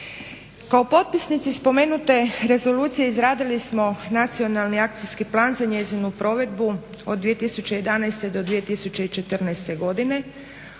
Kao potpisnici spomenute rezolucije izradili smo nacionalni akcijski plan za njezinu provedbu od 2011. do 2014. godine,